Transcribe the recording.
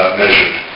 measured